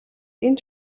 энэ